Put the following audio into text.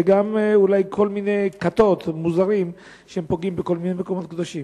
וגם אולי כל מיני כיתות מוזרות שפוגעות בכל מיני מקומות קדושים.